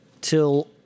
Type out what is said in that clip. till